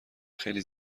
خیلی